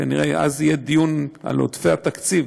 כנראה אז יהיה דיון על עודפי התקציב,